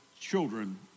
children